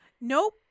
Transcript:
Nope